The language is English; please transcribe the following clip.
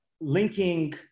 linking